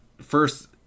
first